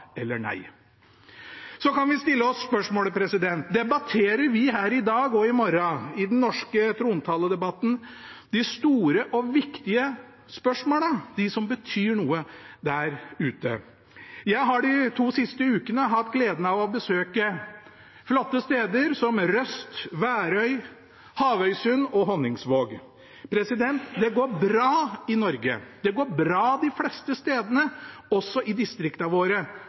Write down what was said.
eller nei. Vi kan stille oss spørsmålet: Debatterer vi her i dag og i morgen, i den norske trontaledebatten, de store og viktige spørsmålene, de som betyr noe der ute? Jeg har de to siste ukene hatt gleden av å besøke flotte steder som Røst, Værøy, Havøysund og Honningsvåg. Det går bra i Norge, det går bra de fleste steder, også i distriktene våre,